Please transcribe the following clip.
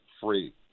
free